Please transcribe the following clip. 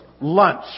Lunch